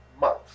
months